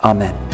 Amen